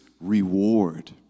reward